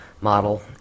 model